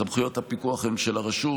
סמכויות הפיקוח הן של הרשות,